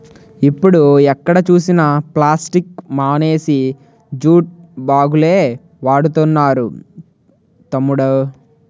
ఇప్పుడు ఎక్కడ చూసినా ప్లాస్టిక్ మానేసి జూట్ బాగులే వాడుతున్నారు తమ్ముడూ